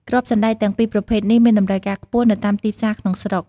គ្រាប់សណ្ដែកទាំងពីរប្រភេទនេះមានតម្រូវការខ្ពស់នៅតាមទីផ្សារក្នុងស្រុក។